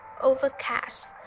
Overcast